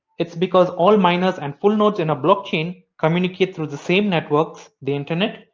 it's because all miners and full nodes in a blockchain communicate through the same networks, the internet,